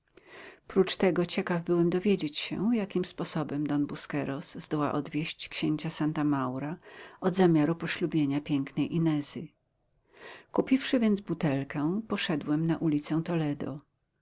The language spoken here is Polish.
prócz tego ciekaw byłem dowiedzieć się jakim sposobem don busqueros zdoła odwieść księcia santa maura od zamiaru poślubienia pięknej inezy kupiwszy więc butelkę poszedłem na ulicę toledo